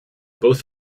both